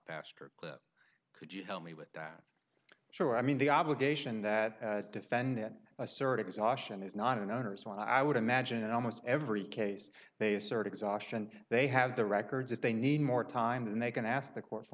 faster could you help me with that so i mean the obligation that defendant asserted exhaustion is not an owner's one i would imagine almost every case they assert exhaustion they have the records if they need more time and they can ask the court for